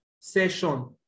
session